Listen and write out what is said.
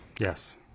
Yes